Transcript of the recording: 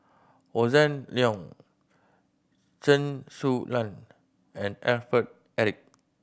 Hossan Leong Chen Su Lan and Alfred Eric